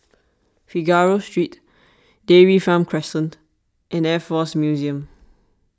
Figaro Street Dairy Farm Crescent and Air force Museum